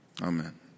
amen